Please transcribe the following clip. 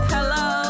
Hello